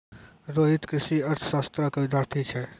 रोहित कृषि अर्थशास्त्रो के विद्यार्थी छै